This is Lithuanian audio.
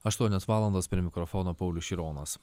aštuonios valandos prie mikrofono paulius šironas